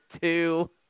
two